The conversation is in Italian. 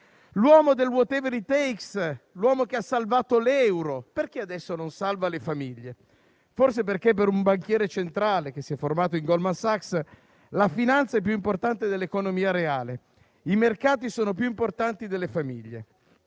L'uomo del *whatever it takes*, l'uomo che ha salvato l'euro, perché adesso non salva le famiglie? Forse perché per un banchiere centrale, che si è formato in Goldman Sachs, la finanza è più importante dell'economia reale, i mercati sono più importanti delle famiglie.